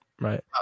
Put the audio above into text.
Right